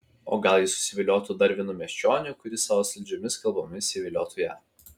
o gal ji susiviliotų dar vienu miesčioniu kuris savo saldžiomis kalbomis įviliotų ją